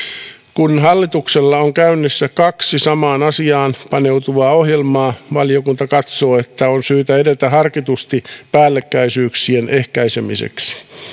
kun hallituksella on käynnissä kaksi samaan asiaan paneutuvaa ohjelmaa valiokunta katsoo että on syytä edetä harkitusti päällekkäisyyksien ehkäisemiseksi